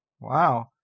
Wow